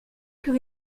plus